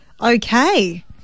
okay